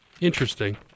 Interesting